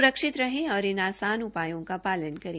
स्रक्षित रहें और इन आसान उपायों का पालन करें